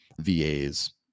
VAs